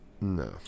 No